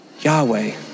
Yahweh